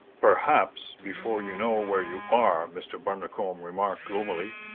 perhaps, before you know where you are, mr. bundercombe remarked gloomily,